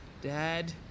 Dad